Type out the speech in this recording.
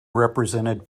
represented